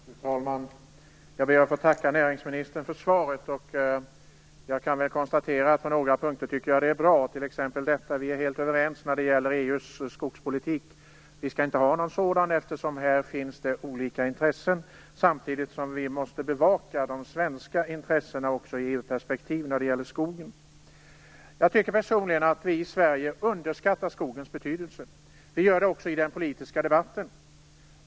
Fru talman! Jag ber att få tacka näringsministern för svaret. Jag kan konstatera att jag på några punkter tycker att det är bra, t.ex. att vi är helt överens när det gäller EU:s skogspolitik. Vi skall inte ha någon sådan, eftersom det i detta sammanhang finns olika intressen. Samtidigt måste vi bevaka de svenska intressena också i EU-perspektivet när det gäller skogen. Jag tycker personligen att vi i Sverige underskattar skogens betydelse. Vi gör det också i den politiska debatten.